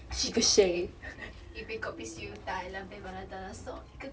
shigga shay 一杯 kopi siew dai 两杯 milo dinosaur 一个